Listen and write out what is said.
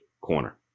corner